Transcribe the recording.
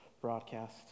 broadcast